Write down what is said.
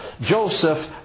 Joseph